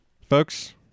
Folks